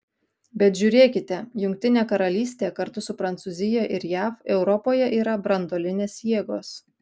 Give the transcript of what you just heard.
bet žiūrėkite jungtinė karalystė kartu su prancūzija ir jav europoje yra branduolinės jėgos